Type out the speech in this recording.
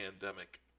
pandemic